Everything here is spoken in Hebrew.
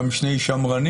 גם שני שמרנים